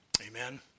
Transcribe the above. Amen